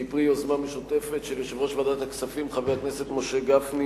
שהיא פרי יוזמה משותפת של יושב-ראש ועדת הכספים חבר הכנסת משה גפני